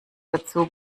dazu